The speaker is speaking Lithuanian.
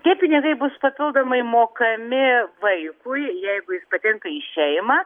tie pinigai bus papildomai mokami vaikui jeigu jis patenka į šeimą